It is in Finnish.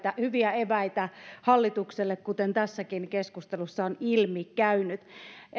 hyviä eväitä hallitukselle kuten tässäkin keskustelussa on ilmi käynyt